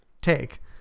take